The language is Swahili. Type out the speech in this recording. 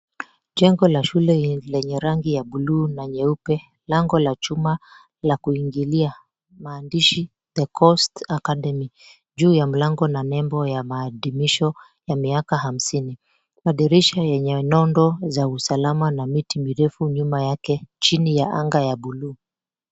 Jengo la shule lenye rangi ya buluu na nyeupe, lango la chuma la kuingilia, maandishi "The Coast Academy". Juu ya mlango na nembo ya maadhimisho ya miaka hamsini. Madirisha yenye nondo za usalama na miti mirefu nyuma yake chini ya anga ya buluu.